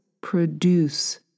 produce